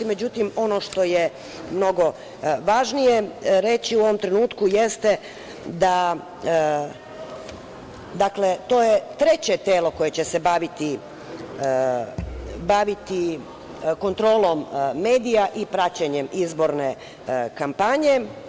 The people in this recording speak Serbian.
Međutim, ono što je mnogo važnije reći u ovom trenutku jeste da je to treće telo koje će se baviti kontrolom medija i praćenjem izborne kampanje.